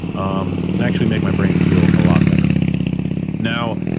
um can actually make my brain feel a lot better now,